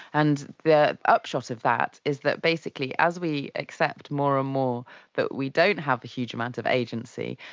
and the upshot of that is that basically as we accept more and more that we don't have a huge amount of agency,